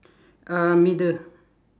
uh middle